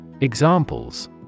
Examples